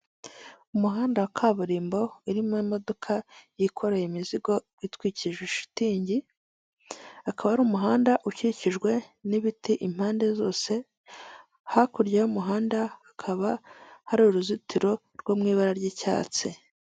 Umukobwa wirabura wambaye ishati y'umweru, uteruye ijage nk'igikoresho bifashisha babuganiza amata cyangwa se basuka amata ndetse akaba afite igikoresho mu kuboko ku iburyo, imbere ye hakaba hari indobo bashyiramo amata ndetse n'indi jage iteretse ku meza n'ikayi ndetse nyuma ye hakaba hari igikoresho bifashisha babika amata nka firigo.